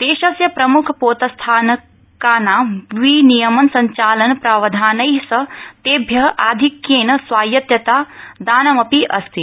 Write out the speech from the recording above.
देशस्य प्रम्ख पोतस्थानकानां विनियमन संचालन प्रावधानै सह तेभ्य अधिक्येन स्वायत्तता दानमपि अस्ति